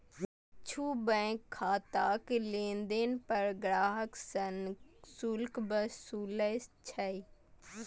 किछु बैंक खाताक लेनदेन पर ग्राहक सं शुल्क वसूलै छै